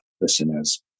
listeners